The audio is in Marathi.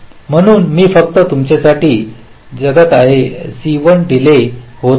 म्हणून मी फक्त तुमच्यासाठी जगत आहे C1 डीले होत आहे